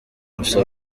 gusa